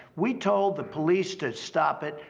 we told the police to stop it.